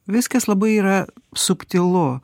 viskas labai yra subtilu